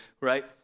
right